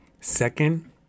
second